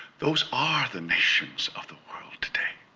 those are the nations of the world today.